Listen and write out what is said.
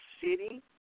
city